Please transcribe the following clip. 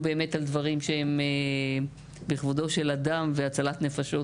באמת על דברים שהם בכבודו של אדם והצלת נפשות,